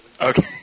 Okay